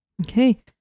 Okay